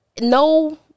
No